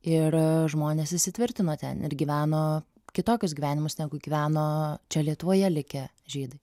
ir žmonės įsitvirtino ten ir gyveno kitokius gyvenimus negu gyveno čia lietuvoje likę žydai